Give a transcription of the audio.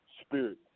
spirit